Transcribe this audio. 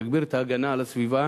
תגביר את ההגנה על הסביבה